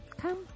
come